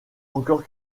encore